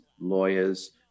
lawyers